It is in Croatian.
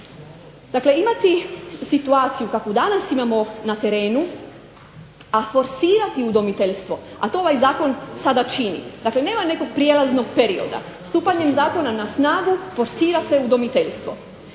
Dakle, imati situaciju kakvu danas imamo na terenu, a forsirati udomiteljstvo, a to ovaj zakon sada čini. Dakle, nema nekog prijelaznog perioda, stupanjem zakona na snagu forsira se udomiteljstvo.